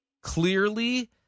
clearly